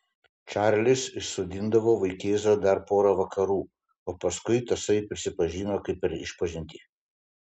čarlis išsodindavo vaikėzą dar pora vakarų o paskui tasai prisipažino kaip per išpažintį